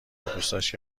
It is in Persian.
بادوستاش